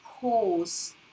pause